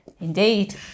Indeed